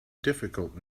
difficult